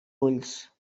ulls